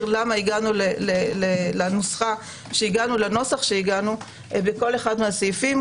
למה הגענו לנוסח שהגענו בכל אחד מהסעיפים,